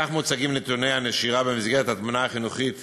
כך מוצגים נתוני הנשירה במסגרת התמונה החינוכית